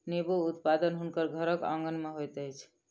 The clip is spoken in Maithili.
नेबो उत्पादन हुनकर घरक आँगन में होइत अछि